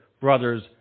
brothers